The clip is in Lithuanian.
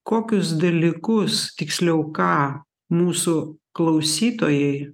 kokius dalykus tiksliau ką mūsų klausytojai